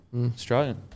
Australian